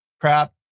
crap